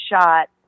shot